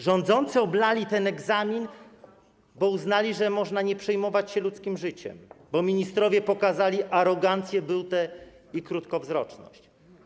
Rządzący oblali ten egzamin, bo uznali, że można nie przejmować się ludzkim życiem, bo ministrowie pokazani arogancję, butę i krótkowzroczność.